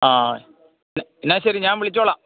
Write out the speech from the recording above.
ആ എന്നാല് ശരി ഞാൻ വിളിച്ചുകൊള്ളാം